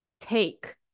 take